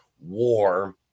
war